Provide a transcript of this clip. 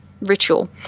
ritual